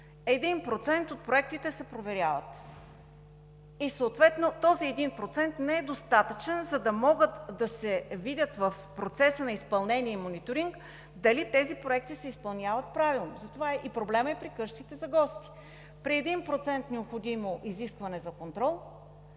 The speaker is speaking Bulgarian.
1% от проектите се проверяват и съответно този 1% не е достатъчен, за да може да се види в процеса на изпълнение и мониторинг дали тези проекти се изпълняват правилно. Затова и проблемът е при къщите за гости – при 1% необходимо изискване за контрол,